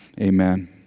amen